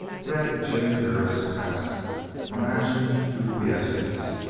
red jim perris passed from action to quiescence.